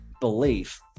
belief